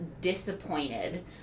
disappointed